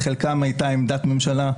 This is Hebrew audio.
בחלקם הייתה עמדת ממשלה,